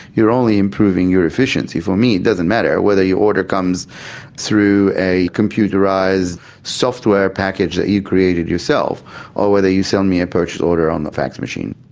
you're only improving your efficiency. for me it doesn't matter whether your order comes through a computerised software package that you created yourself or whether you sell me a purchase order on the fax machine.